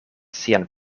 sian